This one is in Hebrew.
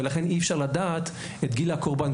ולכן אי אפשר לדעת את גיל הקורבן,